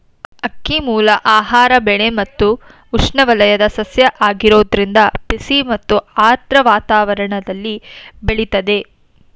ಅಕ್ಕಿಮೂಲ ಆಹಾರ ಬೆಳೆ ಮತ್ತು ಉಷ್ಣವಲಯದ ಸಸ್ಯ ಆಗಿರೋದ್ರಿಂದ ಬಿಸಿ ಮತ್ತು ಆರ್ದ್ರ ವಾತಾವರಣ್ದಲ್ಲಿ ಬೆಳಿತದೆ